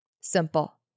Simple